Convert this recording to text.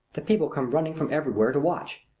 the people come running from everywhere to watch.